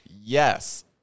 yes